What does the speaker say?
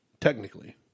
technically